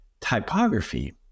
typography